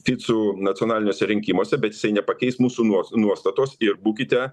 ficu nacionaliniuose rinkimuose bet jisai nepakeis mūsų nuos nuostatos ir būkite